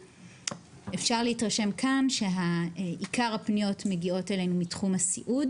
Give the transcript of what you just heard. אפשר להתרשם כאן שעיקר הפניות מגיעות אלינו מתחום הסיעוד,